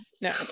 No